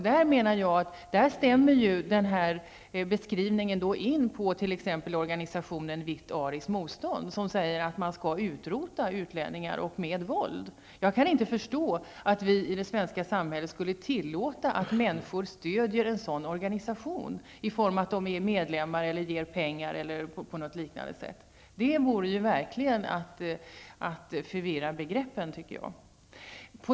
Jag menar att den beskrivningen stämmer in på t.ex. organisationen Vitt ariskt motstånd, som säger att man skall utrota utlänningar med våld. Jag kan inte förstå att vi i det svenska samhället skulle tillåta att människor stöder en sådan organisation genom att vara medlemmar eller ge pengar osv. Det vore verkligen att förvirra begreppen.